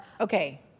okay